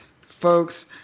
folks